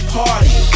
party